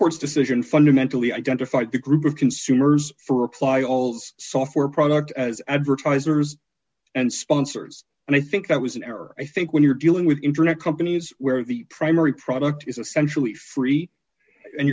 records decision fundamentally identified the group of consumers for reply alls software product as advertisers and sponsors and i think that was an error i think when you're dealing with internet companies where the primary product is essentially free and